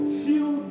feel